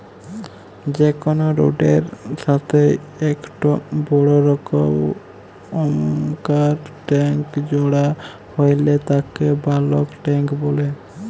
যে কোনো রোডের এর সাথেই একটো বড় রকমকার ট্যাংক জোড়া হইলে তাকে বালক ট্যাঁক বলে